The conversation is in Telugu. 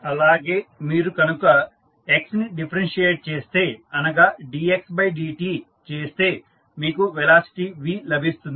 అలాగే మీరు కనుక x ని డిఫరెన్షియేట్ చేస్తే అనగా dxdt చేస్తే మీకు వెలాసిటీ v లభిస్తుంది